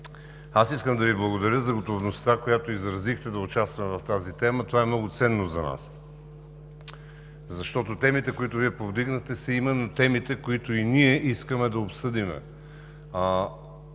аз искам да Ви благодаря за готовността, която изразихте, да участвате в тази тема – това е много ценно за нас. Защото темите, които Вие повдигнахте, са именно тези, които и ние искаме да обсъдим,